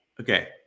Okay